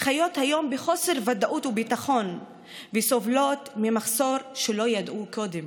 חיות היום בחוסר ודאות וביטחון וסובלות ממחסור שלא ידעו קודם.